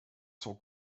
son